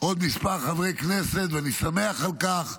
עוד מספר חברי כנסת, ואני שמח על כך.